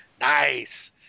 Nice